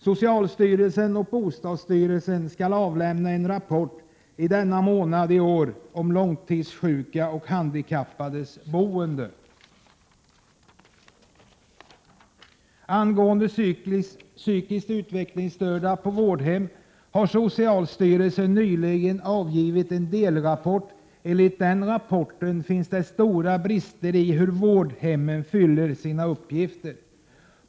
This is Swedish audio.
Socialstyrelsen och bostadsstyrelsen skall avlämna en rapport i denna månad om de långtidssjukas och handikappades boende. Socialstyrelsen har nyligen avgivit en delrapport angående psykiskt utvecklingsstörda på vårdhem. Enligt rapporten finns det stora brister i hur vårdhemmen fyller sina uppgifter.